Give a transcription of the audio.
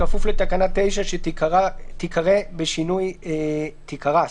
בכפוף לתקנה 9 שתיקרא בשינוי זה: